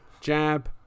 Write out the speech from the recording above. Jab